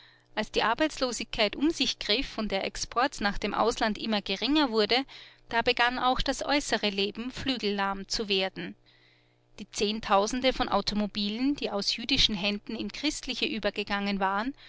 als die arbeitslosigkeit um sich griff und der export nach dem ausland immer geringer wurde da begann auch das äußere leben flügellahm zu werden die zehntausende von automobilen die aus jüdischen händen in christliche übergegangen waren